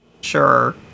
Sure